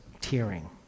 tearing